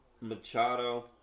Machado